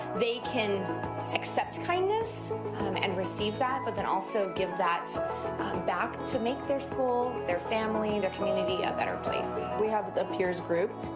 they can accept kindness and receive that but then also give that back to make their school, their family, their community a better place. we have a peers group.